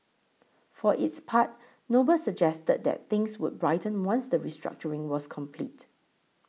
for its part Noble suggested that things would brighten once the restructuring was complete